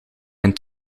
mijn